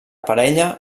parella